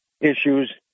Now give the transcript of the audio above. issues